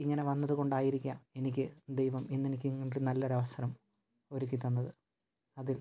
ഇങ്ങനെ വന്നത് കൊണ്ടായിരിക്കാം എനിക്ക് ദൈവം ഇന്നെനിക്കിങ്ങനെയൊരു നല്ലൊരവസരം ഒരുക്കി തന്നത് അതിൽ